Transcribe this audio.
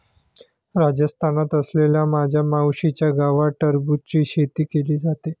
राजस्थानात असलेल्या माझ्या मावशीच्या गावात टरबूजची शेती केली जाते